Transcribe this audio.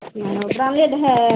हाँ ओ ब्राण्डेड है